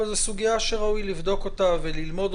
אבל זו סוגיה שראוי לבדוק וללמוד.